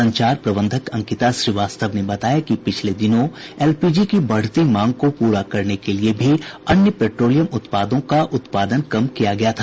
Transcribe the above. संचार प्रबंधक अंकिता श्रीवास्तव ने बताया कि पिछले दिनों एलपीजी की बढ़ती मांग को पूरा करने के लिये भी अन्य पेट्रोलियम उत्पादों का उत्पादन कम किया गया था